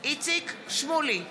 איציק שמולי,